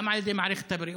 גם על ידי מערכת הבריאות,